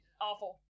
awful